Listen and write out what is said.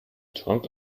trunk